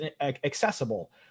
accessible